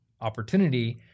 opportunity